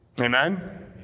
Amen